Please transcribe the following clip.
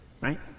Right